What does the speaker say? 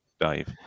Dave